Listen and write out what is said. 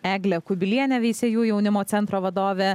eglė kubilienė veisiejų jaunimo centro vadovė